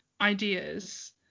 ideas